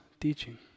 teaching